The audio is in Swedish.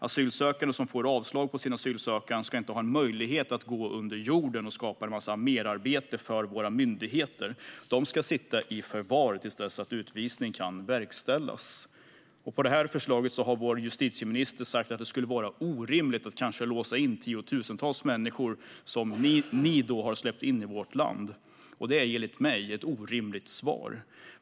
Asylsökande som får avslag på sin asylansökan ska inte ha möjlighet att gå under jorden och skapa en massa merarbete för våra myndigheter. De ska sitta i förvar till dess att utvisning kan verkställas. Om det här förslaget har justitieministern sagt att det skulle vara orimligt att låsa in kanske tiotusentals människor som har släppts in i vårt land. Det är enligt mig ett orimligt svar.